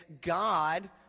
God